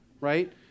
right